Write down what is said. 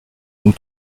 nous